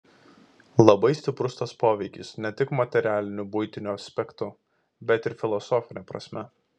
labai stiprus tas poveikis ne tik materialiniu buitiniu aspektu bet ir filosofine prasme